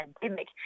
pandemic